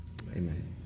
Amen